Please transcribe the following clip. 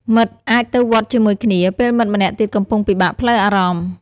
មិត្តអាចទៅវត្តជាមួយគ្នា ពេលមិត្តម្នាក់ទៀតកំពុងពិបាកផ្លូវអារម្មណ៍។